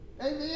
Amen